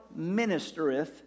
ministereth